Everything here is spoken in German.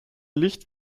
licht